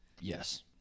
Yes